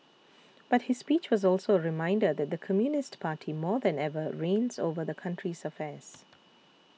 but his speech was also a reminder that the Communist Party more than ever reigns over the country's affairs